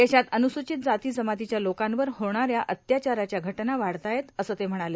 देशात अन्वसूचित जाती जमातीच्या लोकांवर होणाऱ्या अत्याचाराच्या घटना वाढतायत असं ते म्हणाले